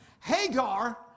Hagar